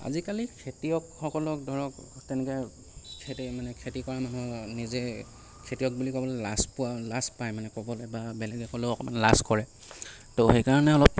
আজিকালি খেতিয়কসকলক ধৰক তেনেকৈ খেতি মানে খেতি কৰা নহয় নিজে খেতিয়ক বুলি ক'বলৈ লাজ পোৱা লাজ পায় মানে ক'বলৈ বা বেলেগে ক'লেও লাজ কৰে তো সেইকাৰণে অলপ